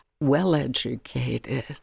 well-educated